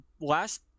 last